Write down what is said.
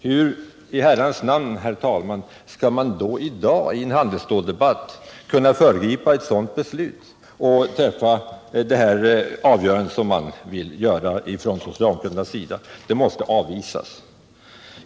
Hur i Herrans namn skall man då i dag i en handelsstålsdebatt kunna föregripa ett sådant beslut och träffa det avgörande som socialdemokraterna vill göra? Kravet måste avvisas.